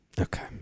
okay